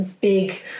big